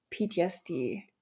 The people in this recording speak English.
PTSD